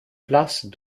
place